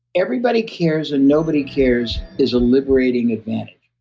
everybody cares and nobody cares is a liberating advantage.